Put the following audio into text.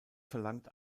verlangt